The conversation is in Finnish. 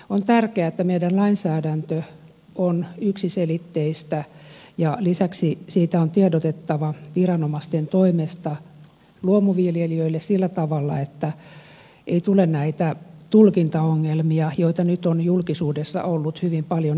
on tärkeää että meidän lainsäädäntömme on yksiselitteistä ja lisäksi siitä on tiedotettava viranomaisten toimesta luomuviljelijöille sillä tavalla että ei tule näitä tulkintaongelmia joita nyt on julkisuudessa ollut hyvin paljon esillä